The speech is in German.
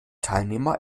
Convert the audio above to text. teilnehmer